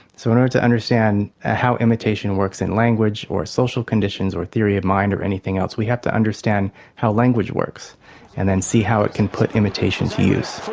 so in order to understand ah how imitation works in language or social conditions or theory of mind or anything else we have to understand how language works and then see how it can put imitation to use.